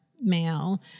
male